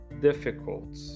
difficult